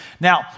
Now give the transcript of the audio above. Now